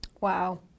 Wow